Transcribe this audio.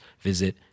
visit